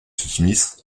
smith